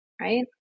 right